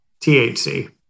THC